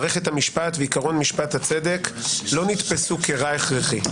מערכת המשפט ועיקרון משפט הצדק לא נתפסו כרע הכרחי,